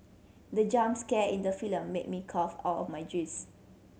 the jump scare in the film made me cough out of my juice